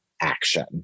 action